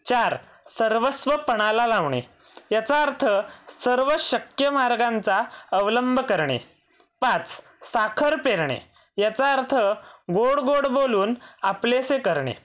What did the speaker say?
चार सर्वस्व पणाला लावणे याचा अर्थ सर्व शक्य मार्गांचा अवलंब करणे पाच साखर पेरणे याचा अर्थ गोड गोड बोलून आपलेसे करणे